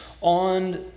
on